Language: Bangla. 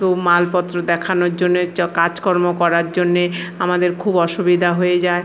ও মালপত্র দেখানোর জন্যে জ কাজকর্ম করার জন্যে আমাদের খুব অসুবিধা হয়ে যায়